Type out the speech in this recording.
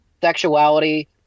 sexuality